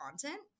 content